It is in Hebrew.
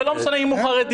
ולא משנה אם הוא חרדי,